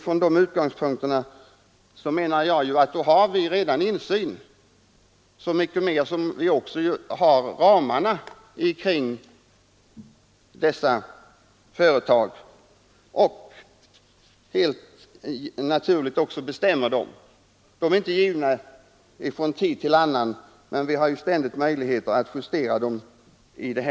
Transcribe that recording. Från dessa utgångspunkter menar jag att det redan finns betryggande insyn, så mycket mera som det också finns ramer inom vilka dessa företag arbetar. Det är ju också riksdagen som bestämmer dem. De är självfallet inte givna från tid till annan. Vi har i detta hus ständigt möjlighet att justera dem.